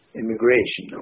immigration